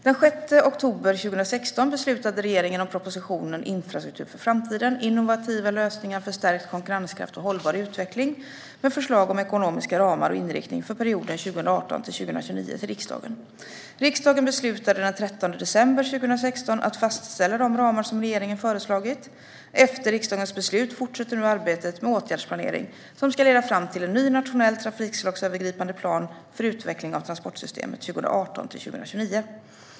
Den 6 oktober 2016 beslutade regeringen om propositionen Infrastruktur för framtiden - innovativa lösningar för stärkt konkurrenskraft och hållbar utveckling , med förslag om ekonomiska ramar och inriktning för perioden 2018-2029 till riksdagen. Riksdagen beslutade den 13 december 2016 att fastställa de ramar som regeringen föreslagit. Efter riksdagens beslut fortsätter nu arbetet med åtgärdsplanering, som ska leda fram till en ny nationell trafikslagsövergripande plan för utveckling av transportsystemet 2018-2029.